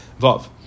Vav